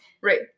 Right